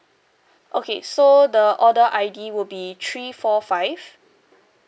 okay so the order I_D would be three four five